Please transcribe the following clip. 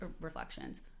reflections